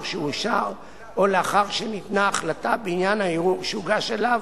שאושר או לאחר שניתנה החלטה בעניין הערעור שהוגש עליו,